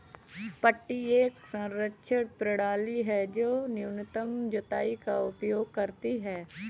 पट्टी तक एक संरक्षण प्रणाली है जो न्यूनतम जुताई का उपयोग करती है